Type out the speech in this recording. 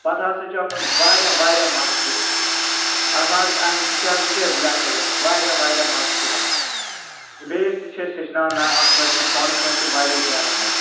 پتہٕ ہسا چھُ اتھ منٛز واریاہ واریاہ مَزٕ چھُ اتھ منٛز امہِ سۭتۍ ہسا چھِ رِلیکٕس گژھان واریاہ واریاہ مَزٕ چھُ یِوان بیٚیِس تہِ چھِ أسۍ ہیٚچھناوان نہ اَتھ منٛز تہِ فونَس منٛز تہِ واریاہ گیمہٕ حظ